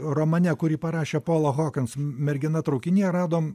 romane kurį parašė pola hokins mergina traukinyje radom